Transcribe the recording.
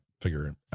figure